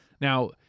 Now